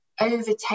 overtake